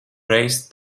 reiz